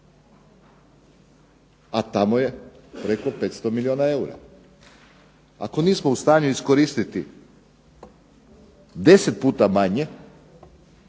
a tamo je preko 500 milijuna eura. Ako nismo u stanju iskoristiti 10 puta manje